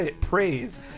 praise